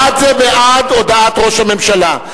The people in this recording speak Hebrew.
בעד זה בעד הודעת ראש הממשלה.